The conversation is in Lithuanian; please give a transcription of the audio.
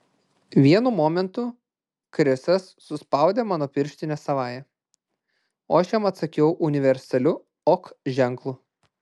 vienu momentu chrisas suspaudė mano pirštinę savąja o aš jam atsakiau universaliu ok ženklu